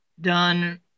done